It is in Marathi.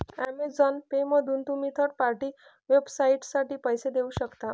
अमेझॉन पेमधून तुम्ही थर्ड पार्टी वेबसाइटसाठी पैसे देऊ शकता